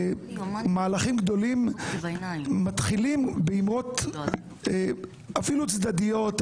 מהלכים גדולים מתחילים אפילו באמירות צדדיות,